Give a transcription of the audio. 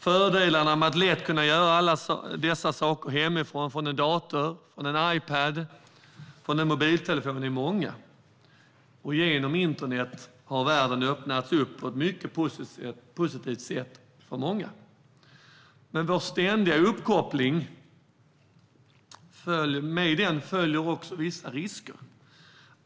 Fördelarna med att lätt kunna göra alla dessa saker hemifrån, på en dator, Ipad eller mobiltelefon, är många. Genom internet har världen öppnats upp på ett mycket positivt sätt för många. Med vår ständiga uppkoppling följer dock även vissa risker.